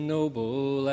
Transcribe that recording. Noble